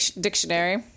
Dictionary